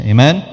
Amen